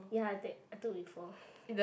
ya I take I took before